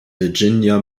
virginia